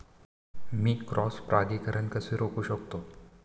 मी cross परागीकरण कसे रोखू शकतो?